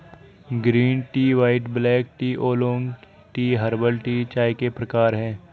green tea white black tea oolong tea herbal tea चाय के प्रकार है